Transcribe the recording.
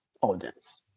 audience